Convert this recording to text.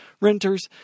Renters